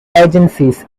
agencies